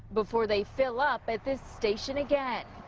before they fill up at this station again.